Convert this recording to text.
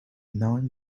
knowing